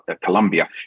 Colombia